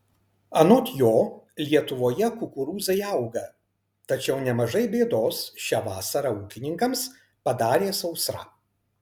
anot jo lietuvoje kukurūzai auga tačiau nemažai bėdos šią vasarą ūkininkams padarė sausra